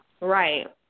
Right